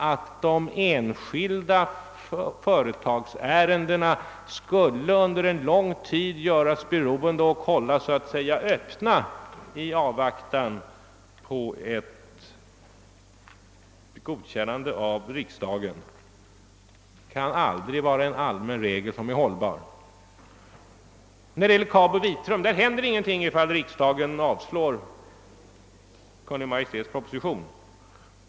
Att de enskilda företagsärendena under en lång tid så att säga skulle hållas öppna i avvaktan på ett godkännande av riksdagen kan aldrig vara en hållbar regel. När det gäller Kabi och Vitrum händer ingenting ifall riksdagen avslår Kungl. Maj:ts proposition.